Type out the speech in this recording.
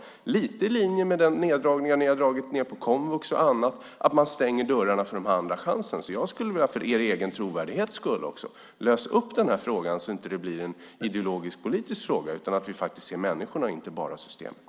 Det är lite i linje med den neddragning som ni har gjort - ni har dragit ned på komvux och annat - att man stänger dörrarna för den här andra chansen. Jag skulle vilja att ni för er egen trovärdighets skull löser den här frågan, så att det inte blir en ideologisk politisk fråga utan att vi faktiskt ser människorna och inte bara systemet.